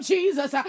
Jesus